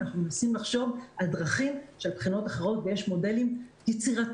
אנחנו מנסים לחשוב על דרכים של בחינות אחרות ויש מודלים יצירתיים.